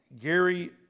Gary